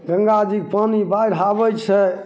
गङ्गाजीके पानी बाढ़ि आबै छै तब